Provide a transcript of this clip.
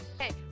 Hey